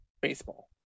Baseball